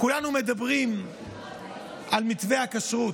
כולנו מדברים על מתווה הכשרות.